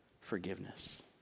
forgiveness